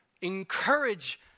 encourage